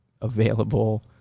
available